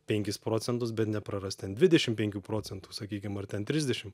penkis procentus bet neprarast ten dvidešim penkių procentų sakykim ar ten trisdešim